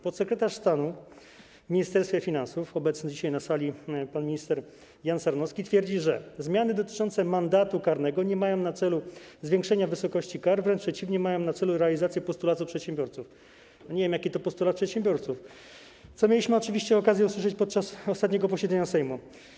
Podsekretarz stanu w Ministerstwie Finansów, obecny dzisiaj na sali pan minister Jan Sarnowski, twierdzi, że zmiany dotyczące mandatu karnego nie mają na celu zwiększenia wysokości kar, wręcz przeciwnie, mają na celu realizację postulatu przedsiębiorców - nie wiem, jaki to postulat przedsiębiorców - co mieliśmy oczywiście okazję usłyszeć podczas ostatniego posiedzenia Sejmu.